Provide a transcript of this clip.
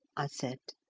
i said,